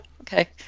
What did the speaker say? Okay